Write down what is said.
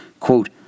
quote